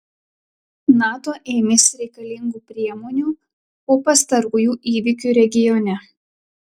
nato ėmėsi reikalingų priemonių po pastarųjų įvykių regione